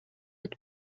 with